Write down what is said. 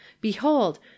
behold